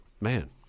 Man